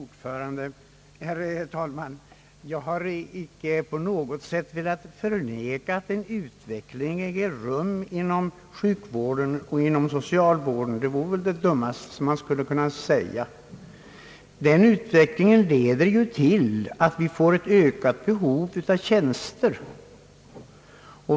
Herr talman! Jag har icke på något sätt förnekat att en utveckling äger rum inom sjukvården och inom socialvården. Det vore väl det dummaste man kunde göra. Men utvecklingen leder till att vi får ett ökat behov av tjänster.